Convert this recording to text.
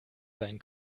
sein